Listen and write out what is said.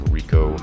Rico